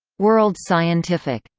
world scientific.